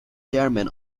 chairman